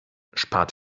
spart